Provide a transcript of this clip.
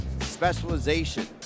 Specialization